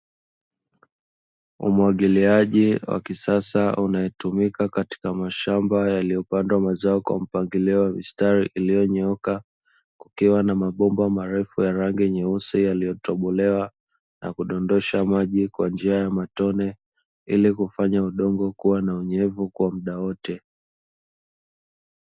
Umwagiliaji wa kisasa unaotumika katika mashamba yaliyopandwa mazao kwa mpangilio wa mistari iliyonyooka kukiwa na mabomba marefu ya rangi nyeusi, yaliyotobolewa na kudondosha maji kwa njia ya matone ili kufanya udongo kuwa na unyevu kwa muda wote.